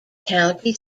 county